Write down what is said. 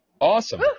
Awesome